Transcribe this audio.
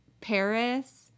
Paris